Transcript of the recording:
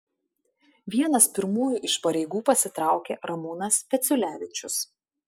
vienas pirmųjų iš pareigų pasitraukė ramūnas peciulevičius